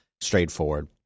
straightforward